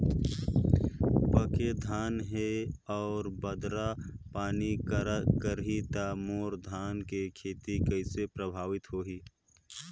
पके धान हे अउ बादर पानी करही त मोर धान के खेती कइसे प्रभावित होही?